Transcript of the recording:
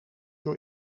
door